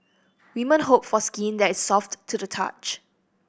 women hope for skin that is soft to the touch